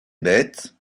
bêtes